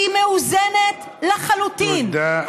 שהיא מאוזנת לחלוטין, תודה.